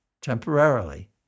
temporarily